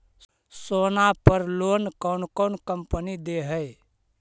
सोना पर लोन कौन कौन कंपनी दे है?